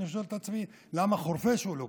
אני שואל את עצמי למה חורפיש לא כזה.